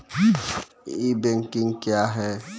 ई banking क्या हैं?